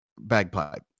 bagpipe